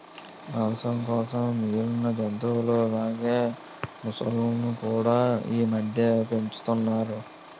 మాంసం కోసం మిగిలిన జంతువుల లాగే మొసళ్ళును కూడా ఈమధ్య పెంచుతున్నారు